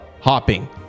Hopping